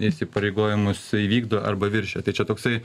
įsipareigojimus įvykdo arba viršija tai čia toksai